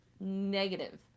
Negative